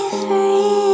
free